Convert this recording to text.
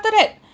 after that